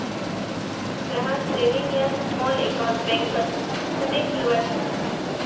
ग्राहक सेविंग या small account बैंकत खुदे खुलवा छे